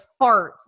farts